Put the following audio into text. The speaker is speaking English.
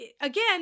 again